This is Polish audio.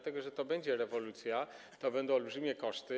To będzie rewolucja, to będą olbrzymie koszty.